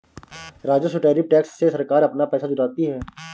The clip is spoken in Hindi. राजस्व टैरिफ टैक्स से सरकार अपना पैसा जुटाती है